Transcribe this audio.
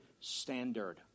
standard